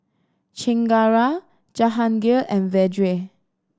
Chengara Jahangir and Vedre